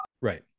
right